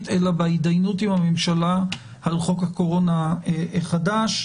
אלא בהתדיינות עם הממשלה על חוק הקורונה החדש,